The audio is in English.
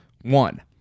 One